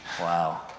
Wow